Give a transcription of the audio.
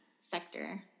sector